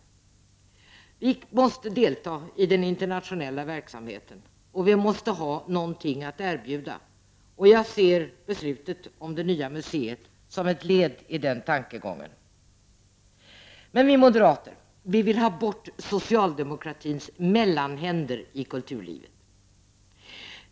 Vi måste delta i den internationella verksamheten, och vi måste ha någonting att erbjuda. Jag ser beslutet om det nya museet som ett led i den tankegången. Men vi moderater vill ha bort socialdemokratins mellanhänder i kulturlivet.